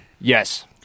Yes